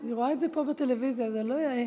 אני רואה את זה פה בטלוויזיה, זה לא יאה.